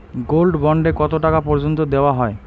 Gold bond এ কতো টাকা পর্যন্ত দেওয়া হয়?